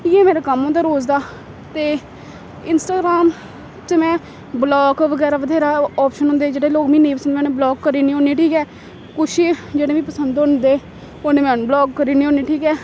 इ'यै मेरा कम्म होंदा रोज़ दा ते इंस्टाग्राम च में ब्लाक बगैरा बत्थेरा आप्शन होंदे जेह्ड़े लोक मीं नेईं पसंद में ब्लाक करी ओड़नी होन्नी ठीक ऐ कुछ जेह्ड़े मिगी पसंद होंदे उ'नें में अनब्लाक करी ओड़नी होन्नी ठीक ऐ